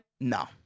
No